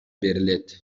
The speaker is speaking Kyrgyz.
берилет